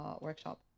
workshop